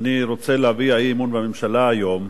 אני רוצה להביע אי-אמון בממשלה היום,